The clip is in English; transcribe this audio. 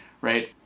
right